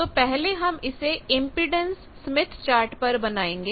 तो पहले हम इसे इंपेडेंस स्मिथ चार्ट पर बनाएंगे